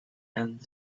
and